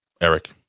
Eric